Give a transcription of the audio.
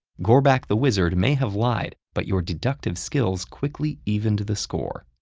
gorbak the wizard may have lied, but your deductive skills quickly evened the score.